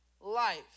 life